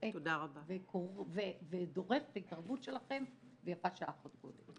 צועק ודורש את ההתערבות שלכם, ויפה שעה אחת קודם.